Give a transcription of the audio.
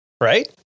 right